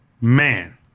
man